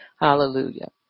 Hallelujah